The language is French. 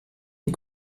des